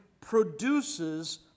produces